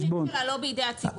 אבל הרווחים שלה לא בידי הציבור.